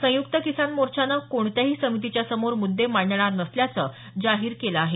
संयुक्त किसान मोर्चानं कोणत्याही समितीच्या समोर मुद्दे मांडणार नसल्याचं जाहीर केलं आहे